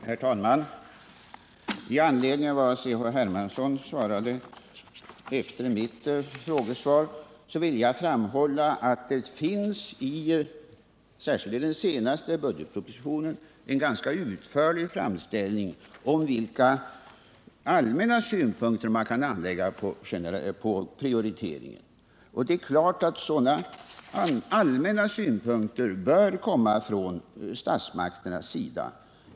Herr talman! I anledning av vad C.-H. Hermansson sade efter mitt frågesvar vill jag framhålla att det särskilt i den senaste budgetpropositionen finns en ganska utförlig framställning om vilka allmänna synpunkter man kan anlägga på prioriteringen. Det är klart att sådana allmänna synpunkter också bör komma från statsmakternas sida.